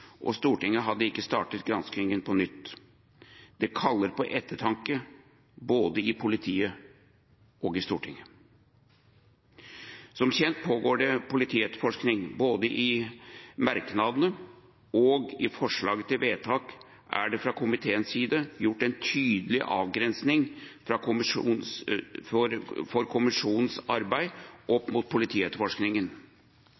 og Stortinget hadde ikke startet granskingen på nytt. Det kaller på ettertanke, både i politiet og i Stortinget. Som kjent pågår det politietterforskning. Både i merknadene og i forslaget til vedtak er det fra komiteens side gjort en tydelig avgrensing for kommisjonens arbeid opp mot politietterforskningen.